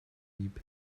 leap